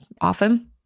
often